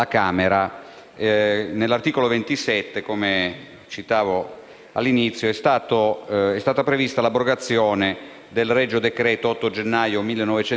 nell'articolo 27 che citavo all'inizio è stata prevista l'abrogazione del regio decreto dell'8 gennaio 1931,